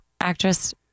actress